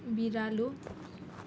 बिरालो